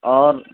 اور